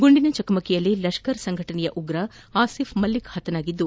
ಗುಂಡಿನ ಚಕಮಕಿಯಲ್ಲಿ ಲಷ್ತರ್ ಸಂಘಟನೆಯ ಉಗ್ರ ಆಸಿಫ್ ಮಲಿಕ್ ಹತನಾಗಿದ್ದು